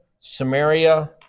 Samaria